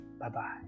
Bye-bye